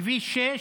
כביש 6,